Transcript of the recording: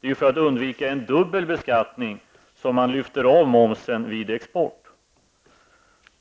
Det är för att undvika en dubbel beskattning som man lyfter av momsen vid export.